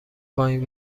پایین